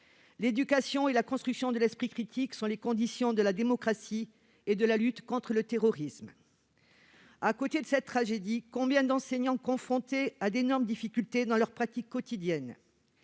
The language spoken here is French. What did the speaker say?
L'éducation et la construction de l'esprit critique sont les conditions de la démocratie et de la lutte contre le terrorisme. À côté de cette tragédie, combien d'enseignants sont confrontés à d'énormes difficultés dans leur pratique quotidienne ?